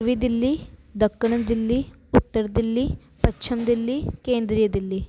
पूर्वी दिल्ली ॾखण दिल्ली उत्तर दिल्ली पछिमु दिल्ली केंद्रिय दिल्ली